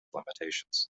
limitations